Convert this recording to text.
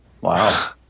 Wow